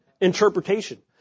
interpretation